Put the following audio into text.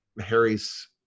harry's